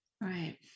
right